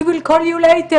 we will call you later”,